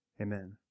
Amen